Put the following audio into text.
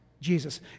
Jesus